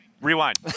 Rewind